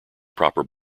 proper